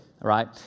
right